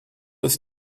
ist